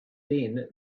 then